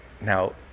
Now